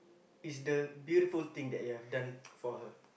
is the beautiful thing that you have done for her